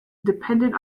dependent